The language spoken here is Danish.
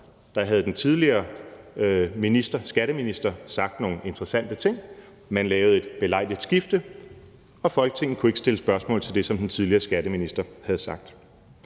Der havde den tidligere skatteminister sagt nogle interessante ting, man lavede et belejligt skifte, og Folketinget kunne ikke stille spørgsmål til det, som den tidligere skatteminister havde sagt.